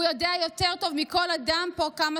הוא יודע יותר טוב מכל אדם פה כמה